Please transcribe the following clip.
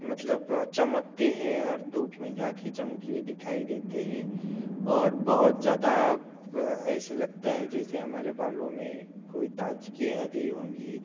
मतलब अ चमकते हैं और धूप में जाकर चमकीले दिखाई देते हैं और बहुत ज्यादा ऐसे लगता है जैसे हमारे बालों में कोई ताजगी आ गई होगी